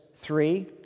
Three